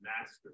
master